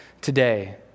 today